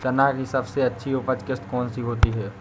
चना की सबसे अच्छी उपज किश्त कौन सी होती है?